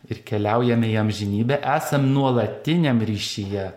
ir keliaujame į amžinybę esam nuolatiniam ryšyje